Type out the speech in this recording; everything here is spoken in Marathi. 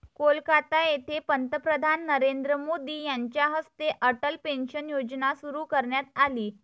कोलकाता येथे पंतप्रधान नरेंद्र मोदी यांच्या हस्ते अटल पेन्शन योजना सुरू करण्यात आली